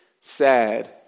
sad